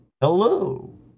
Hello